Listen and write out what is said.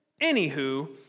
Anywho